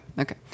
Okay